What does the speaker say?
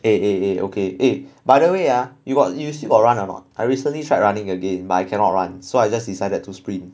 eh eh okay eh by the way ah you got you still got run or not I recently tried running again but I cannot run so I just decided to sprint